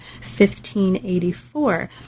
1584